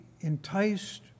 enticed